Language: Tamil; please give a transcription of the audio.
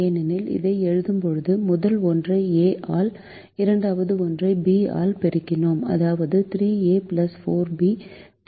ஏனெனில் இதை எழுதும்போது முதல் ஒன்றை A ஆல் இரண்டாவது ஒன்றை B ஆல் பெருக்கினோம் அதாவது 3A 4B 10 ஆகும்